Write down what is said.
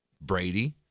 Brady